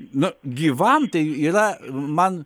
nu gyvam tai yra man